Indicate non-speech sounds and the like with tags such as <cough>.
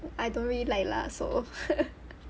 I don't really like lah so <laughs>